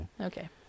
Okay